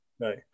right